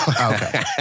Okay